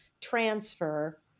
transfer